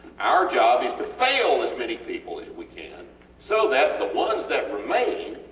our job is to fail as many people as we can so that the ones that remain,